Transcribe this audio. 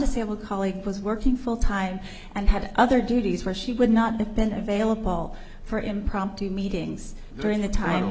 disabled colleague was working full time and had other duties where she would not have been available for impromptu meetings during the time